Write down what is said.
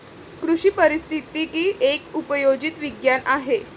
कृषी पारिस्थितिकी एक उपयोजित विज्ञान आहे